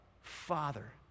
Father